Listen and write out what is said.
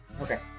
Okay